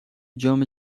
جام